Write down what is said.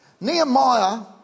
Nehemiah